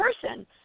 person